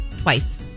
twice